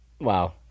Wow